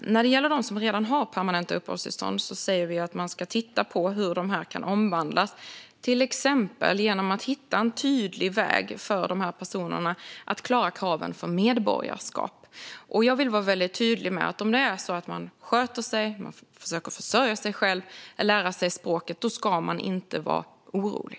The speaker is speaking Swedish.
När det gäller de som redan har permanenta uppehållstillstånd säger vi att man ska titta på hur de kan omvandlas, till exempel genom att hitta en tydlig väg för de personerna att klara kraven för medborgarskap. Jag vill vara tydlig med att ifall man sköter sig, försöker försörja sig själv och lära sig språket ska man inte vara orolig.